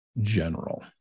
general